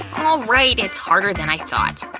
alright, it's harder than i thought.